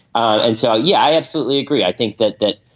and so yeah i absolutely agree i think that that.